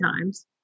times